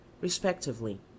respectively